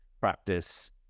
practice